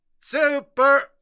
Super